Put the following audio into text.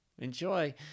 Enjoy